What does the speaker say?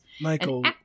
Michael